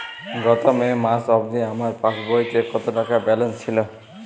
গত মে মাস অবধি আমার পাসবইতে কত টাকা ব্যালেন্স ছিল?